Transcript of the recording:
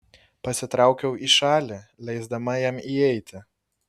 pasitraukiau į šalį leisdama jam įeiti